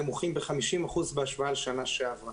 שהם נמוכים ב-50% בהשוואה לשנה שעברה.